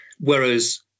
Whereas